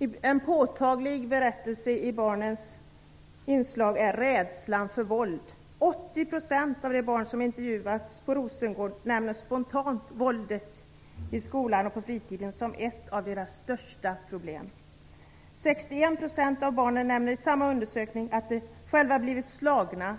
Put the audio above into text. Ett påtagligt inslag i barnens berättelser är rädslan för våld. 80 % av de barn som intervjuats i Rosengård nämner spontant våldet i skolan och på fritiden som ett av deras största problem. 61 % av barnen nämner i samma undersökning att de själva har blivit slagna,